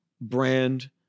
brand